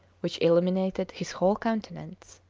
which illuminated his whole countenance.